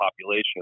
population